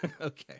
Okay